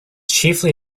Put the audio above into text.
chiefly